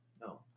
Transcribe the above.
no